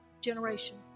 generation